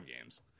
games